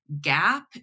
gap